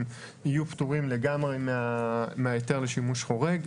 יהיו פטורים לגמרי מההיתר לשימוש חורג.